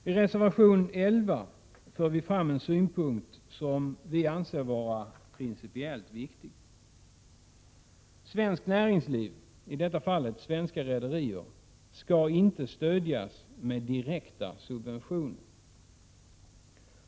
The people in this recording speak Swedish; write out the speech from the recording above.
I reservation 11 för vi fram en synpunkt som vi anser vara principiellt viktig: Svenskt näringsliv, i detta fall svenska rederier, skall inte stödjas med direkta subventioner.